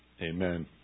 amen